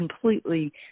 completely